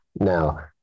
Now